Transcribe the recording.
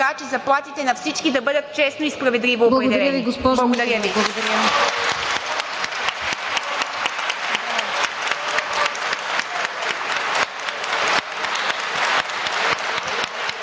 че заплатите на всички да бъдат честно и справедливо определени. Благодаря Ви.